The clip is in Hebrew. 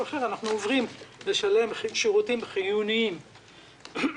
אחר אנחנו עוברים לשלם עבור שירותים חיוניים והכרחיים